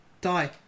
die